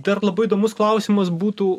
dar labai įdomus klausimas būtų